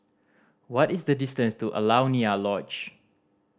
what is the distance to Alaunia Lodge